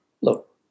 look